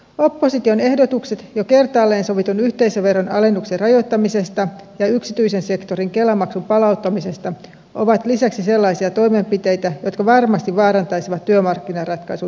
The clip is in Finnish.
opposition ehdotukset jo kertaalleen sovitun yhteisöveron alennuksen rajoittamisesta ja yksityisen sektorin kela maksun palauttamisesta ovat lisäksi sellaisia toimenpiteitä jotka varmasti vaarantaisivat työmarkkinaratkaisun syntymisen